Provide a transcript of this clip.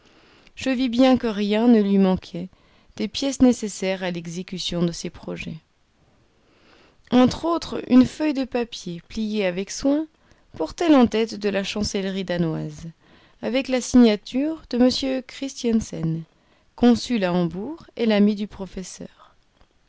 je vis bien que rien ne lui manquait des pièces nécessaires à l'exécution de ses projets entre autres une feuille de papier pliée avec soin portait l'entête de la chancellerie danoise avec la signature de m christiensen consul à hambourg et l'ami du professeur